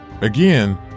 Again